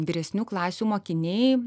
vyresnių klasių mokiniai